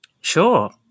Sure